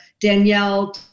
Danielle